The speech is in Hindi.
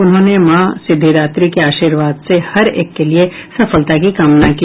उन्होंने माँ सिद्धिदात्री के आशीर्वाद से हर एक के लिए सफलता की कामना की